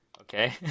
Okay